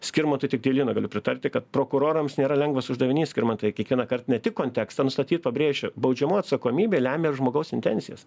skirmantui tiktai viena galiu pritarti kad prokurorams nėra lengvas uždavinys skirmantai kiekvienąkart ne tik kontekstą nustatyt pabrėžiu baudžiamoji atsakomybė lemia žmogaus intencijas